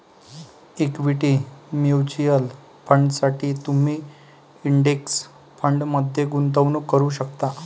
equity mutual फंडांसाठी तुम्ही index फंडमध्ये गुंतवणूक करू शकता